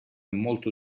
molto